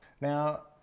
Now